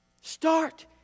Start